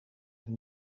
een